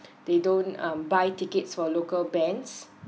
they don't um buy tickets for local bands